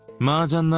murdered